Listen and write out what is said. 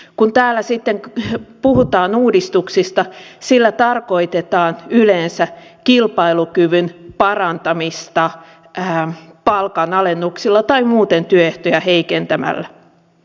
kun täällä sitten puhutaan uudistuksista sillä tarkoitetaan yleensä kilpailukyvyn parantamista palkanalennuksilla tai muuten työehtoja heikentämällä